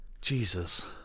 Jesus